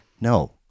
no